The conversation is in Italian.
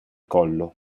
collo